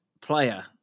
player